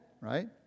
right